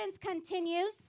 continues